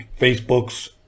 Facebooks